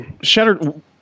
shattered